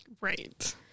Right